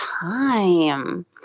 time